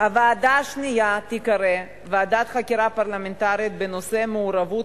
הוועדה השנייה תיקרא: ועדת חקירה פרלמנטרית בנושא מעורבות